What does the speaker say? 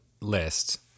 list